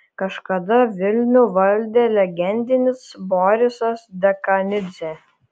kažkada vilnių valdė legendinis borisas dekanidzė